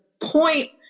point